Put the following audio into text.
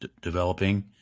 developing